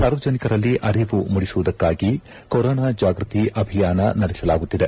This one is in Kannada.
ಸಾರ್ವಜನಿಕರಲ್ಲಿ ಅರಿವು ಮೂಡಿಸುವುದಕ್ಕಾಗಿ ಕೊರೋನಾ ಜಾಗೃತ ಅಭಿಯಾನ ನಡೆಸಲಾಗುತ್ತಿದೆ